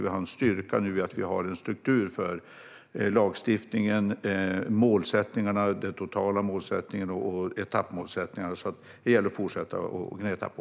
Vi har en styrka i att vi har en struktur för lagstiftningen och målsättningarna - den totala målsättningen och etappmålsättningarna. Det gäller att fortsätta gneta på.